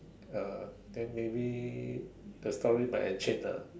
uh then maybe the story might have change lah